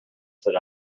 said